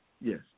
Yes